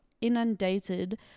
inundated